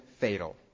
fatal